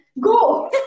Go